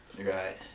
right